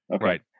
Right